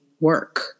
work